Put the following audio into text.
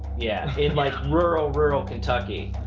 yeah in like rural, rural kentucky.